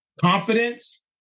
Confidence